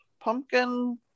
pumpkin